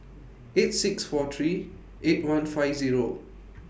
eight six four three eight one five Zero